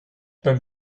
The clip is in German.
beim